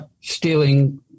stealing